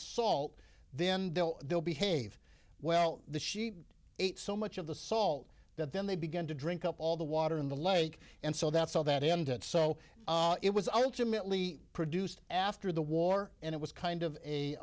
salt then they'll they'll behave well the sheep ate so much of the salt that then they began to drink up all the water in the lake and so that's how that ended so it was ultimately produced after the war and it was kind of a